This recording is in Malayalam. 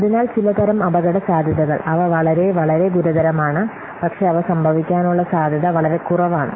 അതിനാൽ ചിലതരം അപകടസാധ്യതകൾ അവ വളരെ ഗുരുതരമാണ് പക്ഷേ അവ സംഭവിക്കാനുള്ള സാധ്യത വളരെ കുറവാണ്